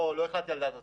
לא החלטתי על דעת עצמי.